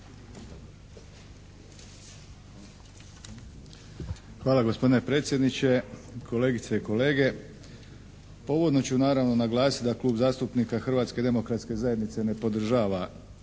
Hvala gospodine predsjedniče. Kolegice i kolege. Uvodno ću naravno naglasiti da Klub zastupnika Hrvatske demokratske zajednice ne podržava,